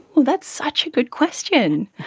that's such a good question.